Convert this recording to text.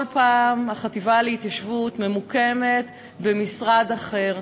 כל פעם החטיבה להתיישבות ממוקמת במשרד אחר,